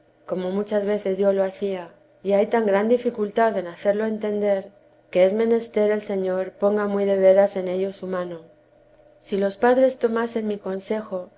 como muchas veces yo lo hacía y hay tan gran dificultad en hacerlo entender que es menester el señor ponga muy de veras en ello su mano si los padres tomasen mi consejo